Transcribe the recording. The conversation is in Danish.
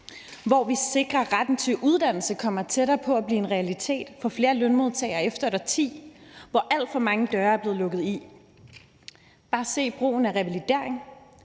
hvor vi sikrer, at retten til uddannelse kommer tættere på at blive en realitet for flere lønmodtagere efter et årti, hvor alt for mange døre er blevet lukket i. Bare se på brugen af revalidering: